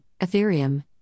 Ethereum